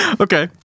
Okay